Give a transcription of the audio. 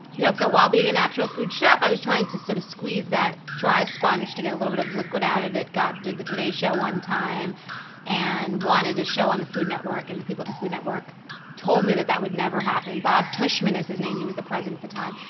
yep. so while being a natural food chef i was trying to sort of squeeze that dry sponge to get a little bit of liquid out of it. did the today show one time and wanted a show on the food network and the people on the food network told me that that would never happen. bob tuschman is his name, he was the president at the time.